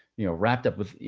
you know, wrapped up with, you